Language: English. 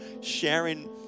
sharing